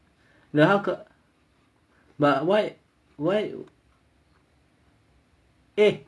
then how co~ but why why eh